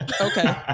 Okay